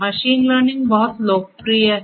machine learning बहुत लोकप्रिय है